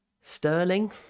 Sterling